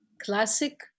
classic